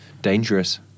Dangerous